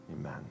Amen